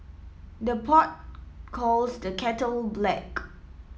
the pot calls the kettle black